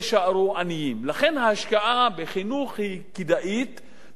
לכן ההשקעה בחינוך היא כדאית מבחינת המשפחה.